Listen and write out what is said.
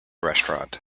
restaurant